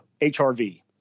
HRV